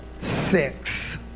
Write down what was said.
Six